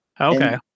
Okay